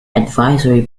advisory